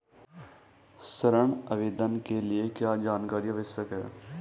ऋण आवेदन के लिए क्या जानकारी आवश्यक है?